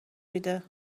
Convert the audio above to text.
میده